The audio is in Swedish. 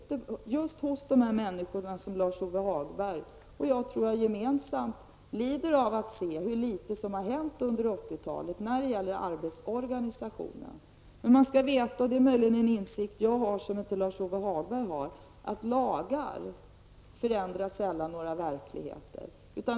Både Lars-Ove Hagberg och jag lider av att se hur litet det är som har hänt under 80-talet när det gäller arbetsorganisationen. Det är möjligen en insikt som jag har men inte Lars Ove Hagberg, men man skall veta att lagar sällan förändrar verkligheten.